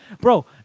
Bro